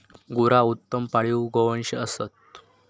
गुरा उत्तम पाळीव गोवंश असत